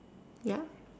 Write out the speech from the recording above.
ya